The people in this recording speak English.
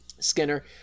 Skinner